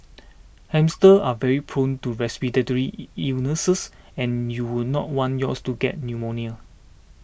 hamsters are very prone to respiratory illnesses and you would not want yours to get pneumonia